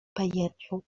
peyotlu